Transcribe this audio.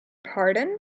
pardon